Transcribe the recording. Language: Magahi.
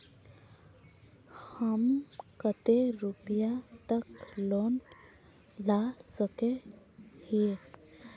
हम कते रुपया तक लोन ला सके हिये?